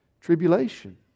tribulation